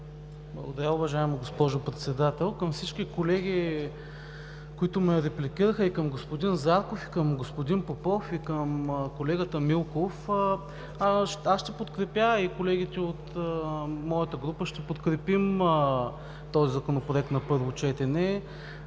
Благодаря, уважаема госпожо Председател. Към всички колеги, които ме репликираха – и към господин Зарков, и към господин Попов, и към колегата Милков, аз и колегите от моята група ще подкрепим този Законопроект на първо четене.